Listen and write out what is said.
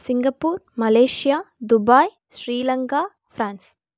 Singapore Malaysia Dubai Sri Lanka France